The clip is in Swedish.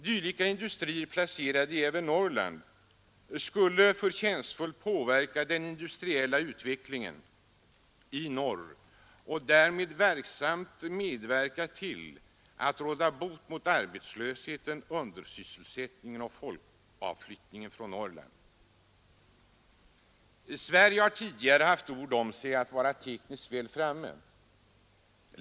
Dylika industrier placerade även i Norrland skulle förtjänstfullt påverka den industriella utvecklingen i norr och därmed verksamt medverka till att råda bot på arbetslösheten, undersysselsättningen och folkavflyttningen från Norrland. Sverige har tidigare haft ord om sig att vara tekniskt väl framme.